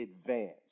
advanced